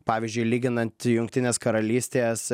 pavyzdžiui lyginant jungtinės karalystės